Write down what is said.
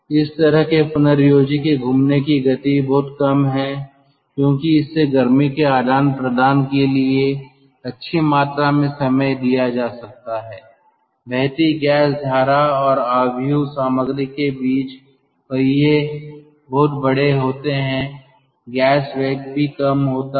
इस तरह के पुनर्योजी के घूमने की गति बहुत कम है क्योंकि इससे गर्मी के आदान प्रदान के लिए अच्छी मात्रा में समय दिया जा सकता है बहती गैस धारा और मैट्रिक्स सामग्री के बीच पहिये बहुत बड़े होते हैं गैस वेग भी कम है